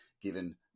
given